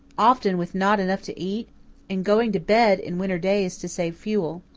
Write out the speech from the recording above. often with not enough to eat and going to bed in winter days to save fuel.